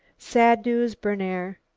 sad news, berner!